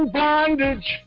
bondage